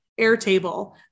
Airtable